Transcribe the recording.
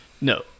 No